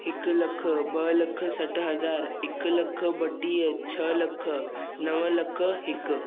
हिक लख ॿ लख सठ हज़ार हिक लख ॿटीह छ्ह लख नव लख हिक